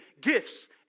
gifts